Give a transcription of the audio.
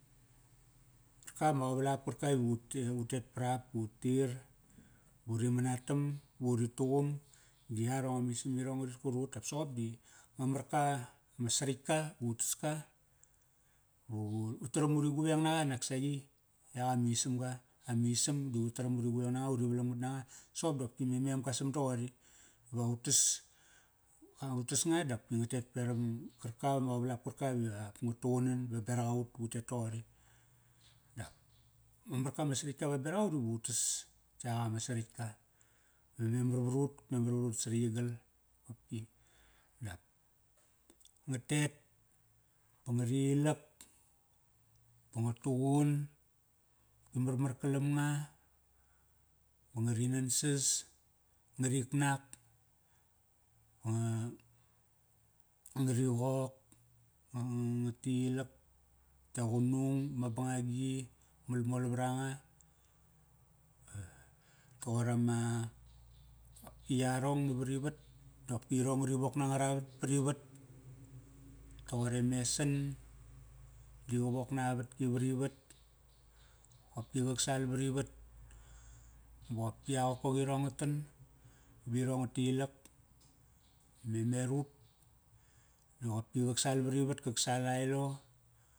Karkap ama qavalap karkap i vu te, utet parap. Ba utir, buri manatam, ba uri tuqum. Di yarong amisam irong ngarit kurut dap soqop di ma marka ma saratk ka utas ka. Ba vu, utaram uri gueng naqa naksaqi, yak amisamga, amisam di utaram uri gueng nanga uri valangmat nanga. Soqop dopki me mem qa sam doqori, iva utas, a, utas nga dap ki nga tet peram karkap ama qavalap karkap i, nga tuqunan baberak aut vu tet toqori. Dap ma marka ma saratk ka va berak aut ivu tas, yak ama saratk ka. Va memar varut, memar vrut saritk igal qopki, Dap nga tet ba ngari ilak, ba nga tuqun, ba marmar kalam nga Ba ngari nansas. Ngarik nak ba ngari qok, nga tilak vat e qunung, ma bangagi malmol vara nga. Toqor ama, yarong nava rivat dopki irong ngari wok nirong angara vat parivat. Toqor e mesan di qa wok na vatki vari vat. Qopki qak salvari vat. Ba qopki a qokoqirong nga tan virong nga tilak. Me merup di qopki qak sal varu vat kak sal a elo.